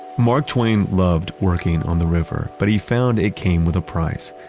mark twain loved working on the river, but he found it came with a price.